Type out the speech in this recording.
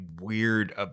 weird